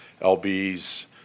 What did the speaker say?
LB's